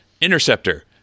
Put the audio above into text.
Interceptor